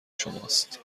شماست